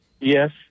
Yes